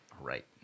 Right